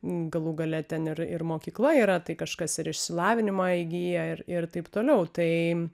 galų gale ten ir ir mokykla yra tai kažkas ir išsilavinimą įgija ir ir taip toliau tai